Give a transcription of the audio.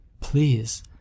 please